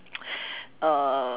uh